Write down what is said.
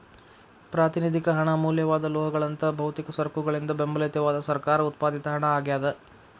ಪ್ರಾತಿನಿಧಿಕ ಹಣ ಅಮೂಲ್ಯವಾದ ಲೋಹಗಳಂತಹ ಭೌತಿಕ ಸರಕುಗಳಿಂದ ಬೆಂಬಲಿತವಾದ ಸರ್ಕಾರ ಉತ್ಪಾದಿತ ಹಣ ಆಗ್ಯಾದ